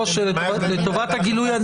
מה ההבדל בין טובת החברות לטובת המשקיע?